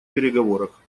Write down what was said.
переговорах